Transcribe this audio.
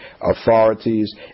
authorities